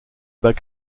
bas